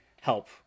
help